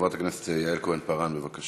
חברת הכנסת יעל כהן-פארן, בבקשה.